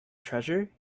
treasure